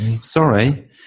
Sorry